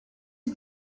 and